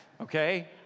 okay